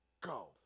go